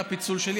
על הפיצול,